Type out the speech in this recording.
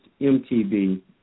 MTB